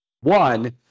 one